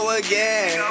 again